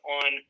on